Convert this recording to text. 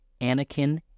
Anakin